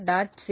c